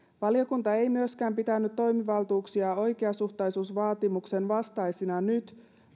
valiokunta ei myöskään pitänyt toimivaltuuksia oikeasuhtaisuusvaatimuksen vastaisina nyt